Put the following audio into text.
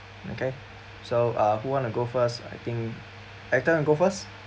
okay so uh who want to go first I think hector want to go first